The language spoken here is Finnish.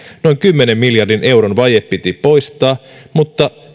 noin kymmenen miljardin euron vaje piti poistaa mutta